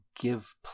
give